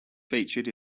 featured